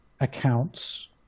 accounts